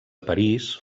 parís